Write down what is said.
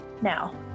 now